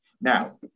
Now